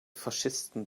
faschisten